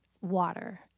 water